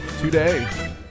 today